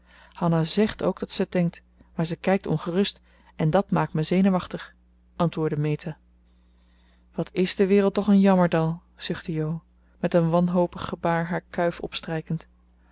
hanna zegt ook dat zij het denkt maar ze kijkt ongerust en dat maakt me zenuwachtig antwoordde meta wat is de wereld toch een jammerdal zuchtte jo met een wanhopig gebaar haar kuif opstrijkend